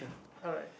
alright